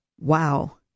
Wow